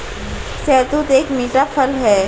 शहतूत एक मीठा फल है